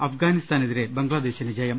അഫ്ഗാനിസ്ഥാനെതിരെ ബംഗ്ലാദേശിന് ജയം